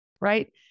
right